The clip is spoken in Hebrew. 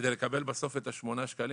כדי לקבל בסוף את שמונת השקלים,